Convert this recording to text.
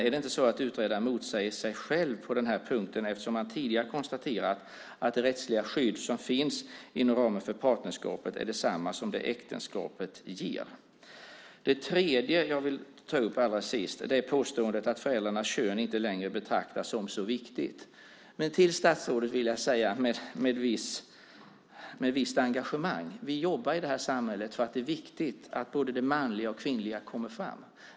Är det inte så att utredaren motsäger sig själv på den här punkten? Man har tidigare konstaterat att det rättsliga skydd som finns inom ramen för partnerskapet är detsamma som äktenskapet ger. Det tredje jag vill ta upp allra sist är påståendet att föräldrarnas kön inte längre betraktas som så viktigt. Men till statsrådet vill jag säga med visst engagemang att vi jobbar i det här samhället för att det är viktigt att både det manliga och kvinnliga kommer fram.